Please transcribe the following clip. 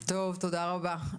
טוב, תודה רבה.